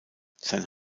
sein